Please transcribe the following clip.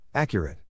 Accurate